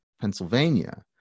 Pennsylvania